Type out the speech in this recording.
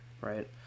right